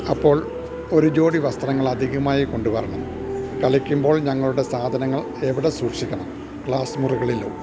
അപ്പോൾ ഒരു ജോഡി വസ്ത്രങ്ങളധികമായി കൊണ്ടുവരണം കളിക്കുമ്പോൾ ഞങ്ങളുടെ സാധനങ്ങൾ എവിടെ സൂക്ഷിക്കണം ക്ലാസ് മുറികളിലോ